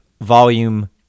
Volume